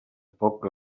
poc